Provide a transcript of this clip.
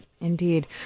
Indeed